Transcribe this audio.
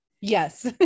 Yes